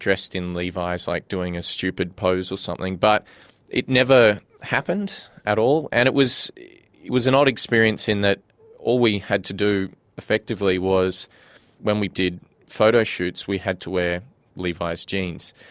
dressed in levis, like, doing a stupid pose or something, but it never happened at all, and it was it was an odd experience in that all we had to do effectively, was when we did photo shoots, we had to wear levis jeans.